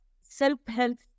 self-help